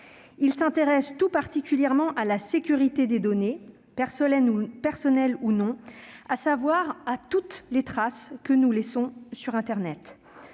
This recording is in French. Elle s'intéresse tout particulièrement à la sécurité des données, personnelles ou non, c'est-à-dire à l'ensemble des traces que nous laissons sur internet.